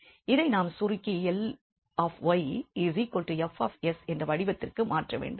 இதை நாம் சுருக்கி 𝐿𝑦 𝐹𝑠 என்ற வடிவத்திற்கு மாற்றவேண்டும்